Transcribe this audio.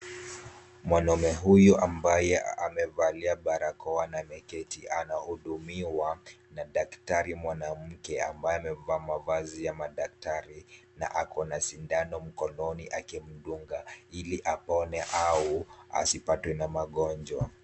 Mwanaume huyu ambaye amevalia barakoa na ameketi. Anahudumiwa na daktari mwanamke, ambaye mavazi ya madaktari, na ako na sindano mkononi akimdunga, ili apone au asipatwe na magonjwa.